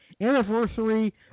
anniversary